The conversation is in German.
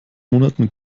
monaten